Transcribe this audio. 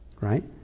right